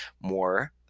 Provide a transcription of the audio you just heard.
more